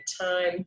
time